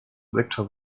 victor